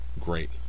great